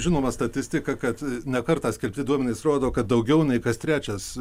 žinoma statistika kad ne kartą skelbti duomenys rodo kad daugiau nei kas trečias